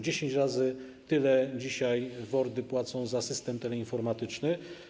10 razy tyle dzisiaj WORD-y płacą za system teleinformatyczny.